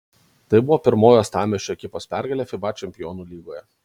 tai buvo pirmoji uostamiesčio ekipos pergalė fiba čempionų lygoje